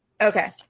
Okay